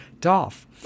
Dolph